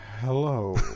Hello